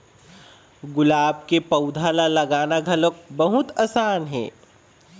गुलाब के पउधा ल लगाना घलोक बहुत असान हे